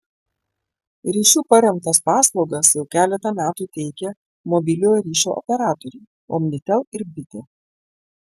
ryšiu paremtas paslaugas jau keletą metų teikia mobiliojo ryšio operatoriai omnitel ir bitė